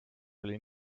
oli